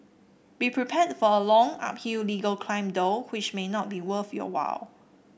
be prepared for a long uphill legal climb though which may not be worth your while